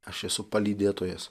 aš esu palydėtojas